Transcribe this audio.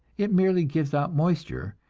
it merely gives out moisture,